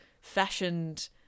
fashioned